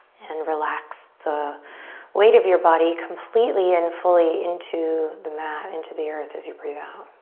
and relax the weight of your body completely and fully into the mat, into the earth as you breathe out.